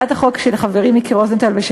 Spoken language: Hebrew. החוק קובע כי משלוח של דבר פרסום במייל,